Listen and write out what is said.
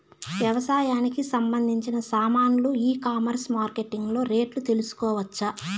వ్యవసాయానికి సంబంధించిన సామాన్లు ఈ కామర్స్ మార్కెటింగ్ లో రేట్లు తెలుసుకోవచ్చా?